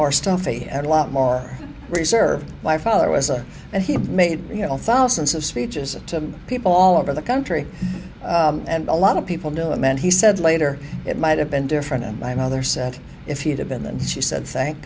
more stuffy and lot more reserved my father was a and he made you know thousands of speeches to people all over the country and a lot of people knew him and he said later it might have been different and my mother said if he had been then she said thank